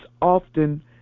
often